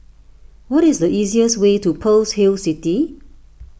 what is the easiest way to Pearl's Hill City